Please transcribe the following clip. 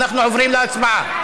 אנחנו עוברים להצבעה.